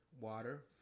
water